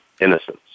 innocence